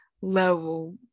level